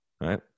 right